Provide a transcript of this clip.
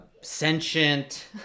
sentient